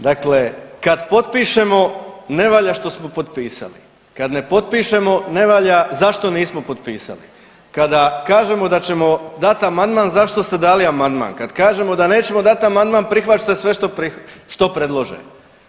Dakle, kad potpišemo ne valja što smo potpisali, kad ne potpišemo ne valja zašto nismo potpisali, kada kažemo da ćemo dati amandman, zašto ste dali amandman, kad kažemo da nećemo dati amandman prihvaćate sve što predlože.